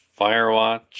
Firewatch